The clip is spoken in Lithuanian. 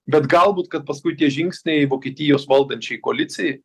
bet galbūt kad paskui tie žingsniai vokietijos valdančiai koalicijai